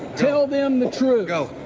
tell them the truth. go.